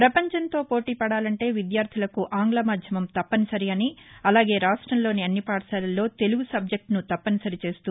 పపంచంతో పోటీ పడాలంటే విద్యార్ణులకు ఆంగ్ల మాధ్యమం తప్పనిసరి అని అలాగే రాష్టంలోని అన్ని పాఠశాలల్లో తెలుగు సబ్జెట్ను తప్పనిసరి చేస్తూ